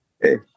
Hey